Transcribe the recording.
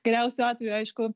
geriausiu atveju aišku